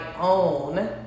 own